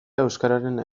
euskararen